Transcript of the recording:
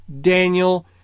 Daniel